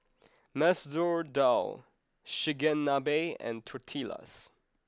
Masoor Dal Chigenabe and Tortillas